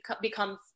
becomes